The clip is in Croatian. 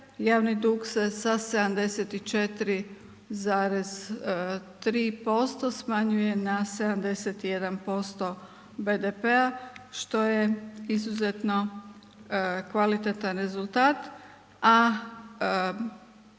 javni dug se sa 74,3% smanjuje na 71% BDP-a što je izuzetno kvalitetan rezultat, a